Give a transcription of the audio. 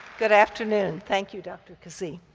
good afternoon. thank you, dr. kazee.